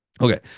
Okay